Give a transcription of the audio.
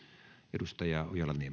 arvoisa